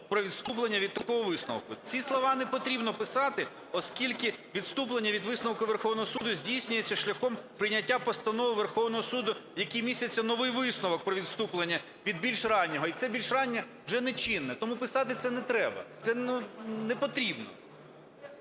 про відступлення від такого висновку". Ці слова не потрібно писати, оскільки відступлення від висновку Верховного Суду здійснюється шляхом прийняття постанови Верховного Суду, в якій міститься новий висновок про відступлення від більш раннього і це більш раннє вже нечинне. Тому писати це не треба, непотрібно.